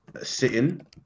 sitting